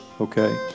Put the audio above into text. Okay